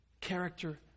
Character